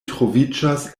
troviĝas